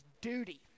duty